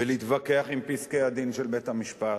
ולהתווכח עם פסקי-הדין של בית-המשפט.